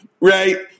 right